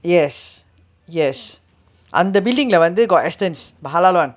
yes yes அந்த:antha building leh வந்து:vanthu got Astons but halal [one]